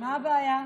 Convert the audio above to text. מה הבעיה?